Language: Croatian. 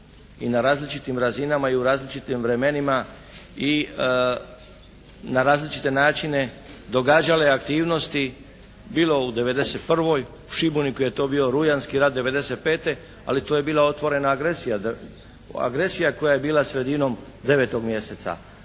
i na različitim razinama i u različitim vremenima i na različite načine događale aktivnosti bilo u 91., u Šibeniku je to bio rujanski rat 95. ali to je bila otvorena agresija koja je bila sredinom 9. mjeseca.